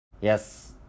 Yes